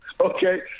okay